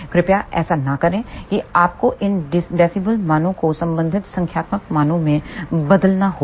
कृपया ऐसा न करें कि आपको इन dB मानों को संबंधित संख्यात्मक मानों में बदलना होगा